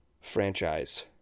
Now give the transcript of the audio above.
franchise